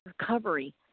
recovery